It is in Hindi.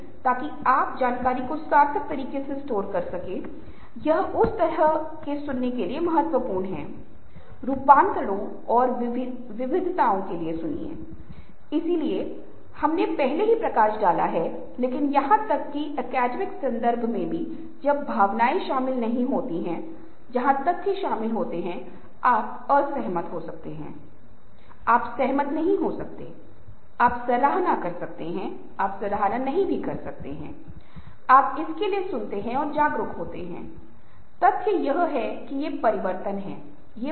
इसलिए मैंने आपको तीन प्रकार के संचार शैलियों के बारे में बताया है जिन्हें नोबल कहा जाता है जो बहुत ही सीधे और सीधे आगे होते हैं अन्य एक सोक्राटिक हैं जो बहुत बातूनी हैं और उन्हें बात करना बहुत पसंद है और वे दूसरों को रिझाने की कोशिश करते हैं और तीसरा एक चिंतनशील संचार शैली है इसका मतलब है वे बहुत विनीत और सभ्य और विनम्र हैं